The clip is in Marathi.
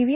व्ही